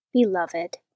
Beloved